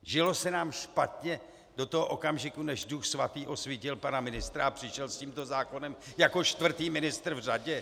Žilo se nám špatně do toho okamžiku, než Duch Svatý osvítil pana ministra a přišel s tímto zákonem jako čtvrtý ministr v řadě?